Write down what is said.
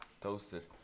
toasted